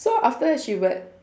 so after that she we~